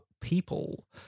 People